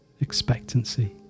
expectancy